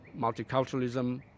multiculturalism